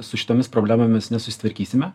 su šitomis problemomis nesusitvarkysime